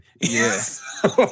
Yes